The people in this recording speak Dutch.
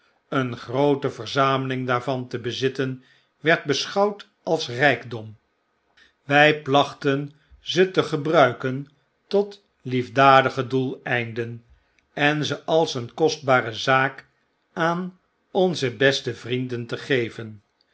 een groote verzameling daarvan te bezitten werd beschouwd als rykdom wy plachten ze te gebruiken tot liefdadige doeleinden en ze als een kostbare zaak aan onze beste vrienden te geven